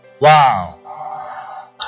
Wow